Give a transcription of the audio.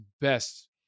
best